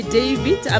David